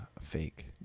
fake